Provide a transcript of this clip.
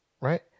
Right